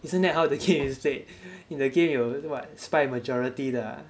isn't that how the game is played in the game 有 what spy majority 的啊